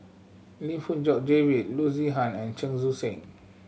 Lim Fong Jock David Loo Zihan and Chen Sucheng